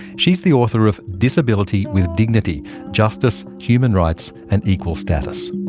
she's the author of disability with dignity justice, human rights and equal status.